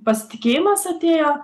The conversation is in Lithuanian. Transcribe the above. pasitikėjimas atėjo